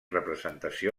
representació